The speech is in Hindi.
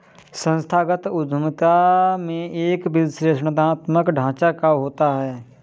संस्थागत उद्यमिता में एक विश्लेषणात्मक ढांचा क्या होता है?